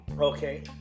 Okay